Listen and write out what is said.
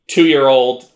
two-year-old